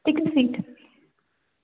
take a seat